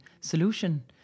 solution